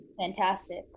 fantastic